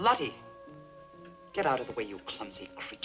lucky get out of the way you can